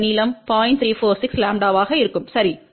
346ʎ ஆக இருக்கும் சரி